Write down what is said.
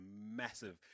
massive